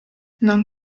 non